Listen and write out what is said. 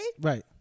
Right